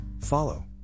Follow